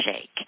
shake